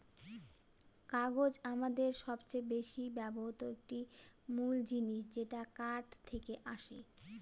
কাগজ আমাদের সবচেয়ে বেশি ব্যবহৃত একটি মূল জিনিস যেটা কাঠ থেকে আসে